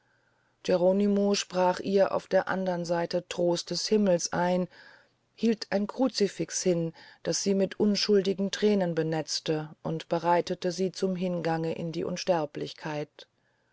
geronimo sprach ihr auf der andern seite trost des himmels ein hielt ein crucifix hin das sie mit unschuldigen thränen benetzte und bereitete sie zum hingange in die unsterblichkeit